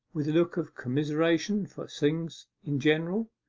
with a look of commiseration for things in general.